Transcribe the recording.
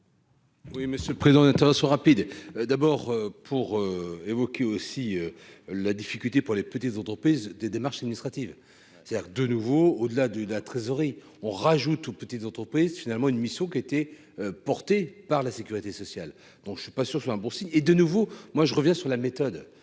Oui, monsieur le président, rapide, d'abord pour et vous. Puis aussi la difficulté pour les petites entreprises, des démarches administratives, c'est-à-dire de nouveau au-delà du de la trésorerie, on rajoute ou petites entreprises finalement une mission qui a été porté par la sécurité sociale, donc je suis pas sûr bon signe, et de nouveau, moi je reviens sur la méthode,